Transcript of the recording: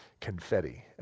Confetti